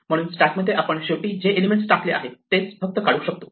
म्हणून स्टॅक मध्ये आपण शेवटी जे एलिमेंट टाकले आहे तेच फक्त काढू शकतो